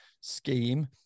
scheme